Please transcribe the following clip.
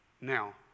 Now